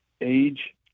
age